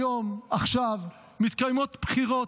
היום, עכשיו, מתקיימות בחירות,